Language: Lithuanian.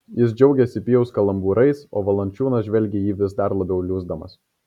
jis džiaugėsi pijaus kalambūrais o valančiūnas žvelgė į jį vis labiau liūsdamas